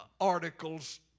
articles